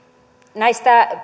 näistä